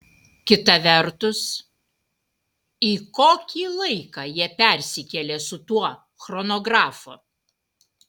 kita vertus į kokį laiką jie persikėlė su tuo chronografu